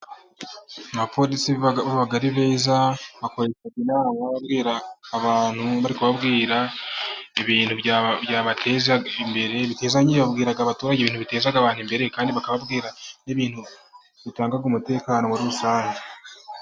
Abapolisi baba ari beza bakoresha inama bakabwira abantu bari kubabwira ibintu byabateza imbere, babwira abaturage ibintu bibateza imbere kandi bakababwira n'ibintu bitanga umutekano muri rusange.